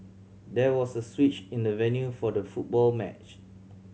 there was a switch in the venue for the football match